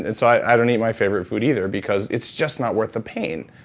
and so i don't eat my favorite food either, because it's just not worth the pain.